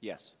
yes